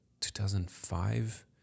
2005